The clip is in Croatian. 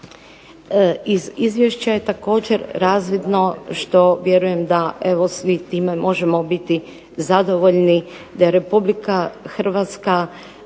Iz Izvješća je također razvidno što vjerujem da evo svi time možemo biti zadovoljni da je Republika Hrvatska